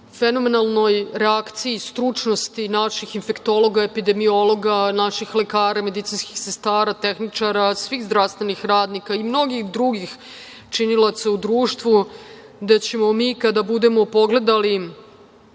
fenomenalnoj reakciji stručnosti naših infektologa, epidemiologa, naših lekara i medicinskih sestara, tehničara, svih zdravstvenih radnika i mnogih drugih činilaca u društvu, da ćemo mi kada budemo pogledali